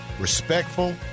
respectful